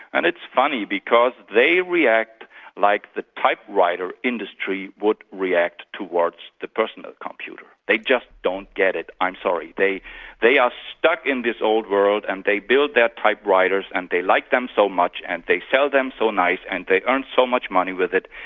and it's funny because they react like the typewriter industry would react towards the personal computer, they just don't get it, i'm sorry, they they are stuck in this old world and they build their typewriters and they like them so much and they sell them so nice and they earn so much money with it,